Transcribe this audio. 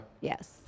Yes